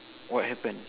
what happened